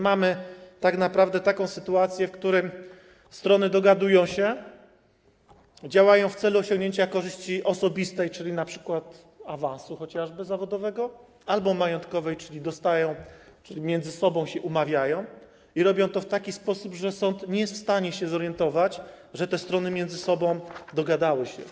Mamy tu tak naprawdę taką sytuację, w której strony, dogadując się, działają w celu osiągnięcia korzyści osobistej, czyli np. chociażby awansu zawodowego, albo majątkowej, czyli między sobą się umawiają i robią to w taki sposób, że sąd nie jest w stanie się zorientować, że te strony między sobą dogadały się.